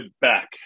back